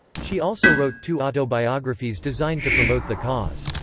she also wrote two autobiographies designed to promote the cause.